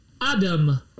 Adam